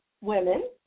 women